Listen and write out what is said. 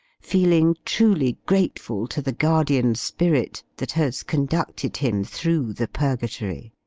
feeling truly grateful to the guardian spirit that has conducted him through the purgatory.